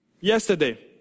yesterday